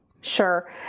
Sure